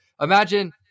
Imagine